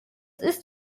ist